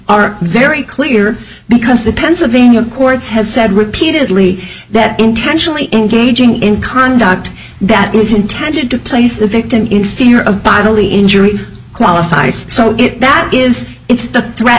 are very clear because the pennsylvania courts have said repeatedly that intentionally engaging in conduct that is intended to place the victim in fear of bodily injury qualifies so that it is it's the threat